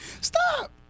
stop